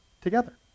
together